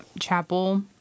Chapel